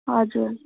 हजुर